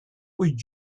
would